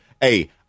hey